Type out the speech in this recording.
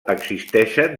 existeixen